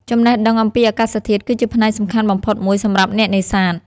ចំណេះដឹងអំពីអាកាសធាតុគឺជាផ្នែកសំខាន់បំផុតមួយសម្រាប់អ្នកនេសាទ។